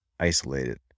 isolated